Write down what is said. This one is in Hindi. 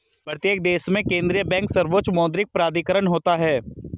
प्रत्येक देश में केंद्रीय बैंक सर्वोच्च मौद्रिक प्राधिकरण होता है